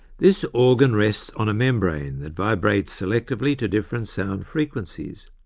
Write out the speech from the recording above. this organ rests on a membrane that vibrates selectively to different sound frequencies,